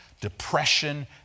depression